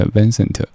Vincent